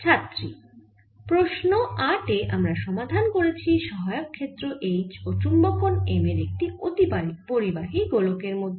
ছাত্রী প্রশ্ন 8 এ আমরা সমাধান করেছি সহায়ক ক্ষেত্র H ও চুম্বকন M এর একটি অতিপরিবাহী গোলকের মধ্যে